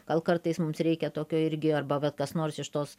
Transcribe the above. gal kartais mums reikia tokio irgi arba vat kas nors iš tos